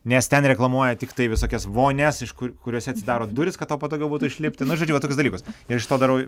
nes ten reklamuoja tiktai visokias vonias iš kur kuriose atsidaro durys kad tau patogiau būtų išlipti na žodžiu tokius dalykus ir iš to darau